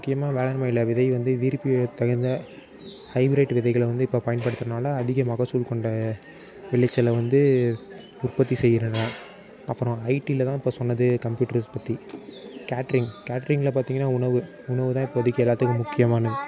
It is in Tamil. முக்கியமாக வேளாண்மையில் விதை வந்து விரும்பத்தகுந்த ஹைபிரேட் விதைகளை வந்து இப்போ பயன்படுத்துகிறதுனால அதிக மகசூல் கொண்ட விளைச்சலை வந்து உற்பத்தி செய்கிறதா அப்புறம் ஐடியில் தான் இப்போ சொன்னது கம்ப்யூட்டர்ஸ் பற்றி கேட்ரிங் கேட்ரிங்கில் பார்த்திங்கனா உணவு உணவுதான் இப்போதைக்கு எல்லாத்துக்கும் முக்கியமானது